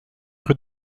rue